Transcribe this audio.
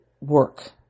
work